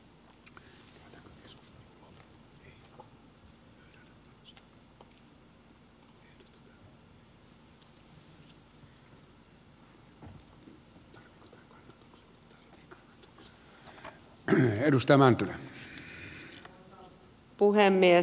arvoisa puhemies